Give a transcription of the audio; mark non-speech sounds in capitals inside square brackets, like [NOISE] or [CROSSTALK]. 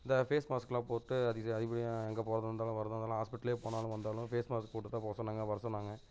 இந்த ஃபேஸ் மாஸ்க்கெல்லாம் போட்டு [UNINTELLIGIBLE] அரிபரியாக எங்கே போறதாக இருந்தாலும் வர்றதாக இருந்தாலும் ஹாஸ்பிட்டலே போனாலும் வந்தாலும் ஃபேஸ் மாஸ்க் போட்டு தான் போக சொன்னாங்க வர சொன்னாங்க